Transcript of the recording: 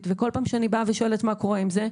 וכל פעם שאני באה ושואלת מה קורה עם זה,